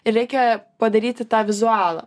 ir reikia padaryti tą vizualą